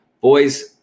boys